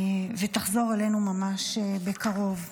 שתחזור אלינו ממש בקרוב.